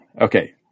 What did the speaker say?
Okay